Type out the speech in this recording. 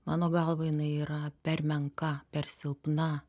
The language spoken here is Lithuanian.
mano galva jinai yra per menka per silpna